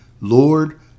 Lord